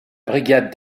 brigade